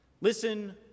Listen